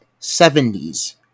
70s